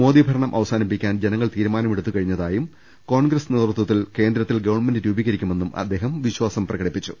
മോദി ഭരണം അവസാനിപ്പിക്കാൻ ജനങ്ങൾ തീരുമാനമെടുത്ത് കഴിഞ്ഞതായും കോൺഗ്രസ് നേതൃത്വത്തിൽ കേന്ദ്രത്തിൽ ഗവൺമെന്റ് രൂപീകരിക്കുമെന്നും അദ്ദേഹം വിശ്വാസം പ്രകടിപ്പിച്ചു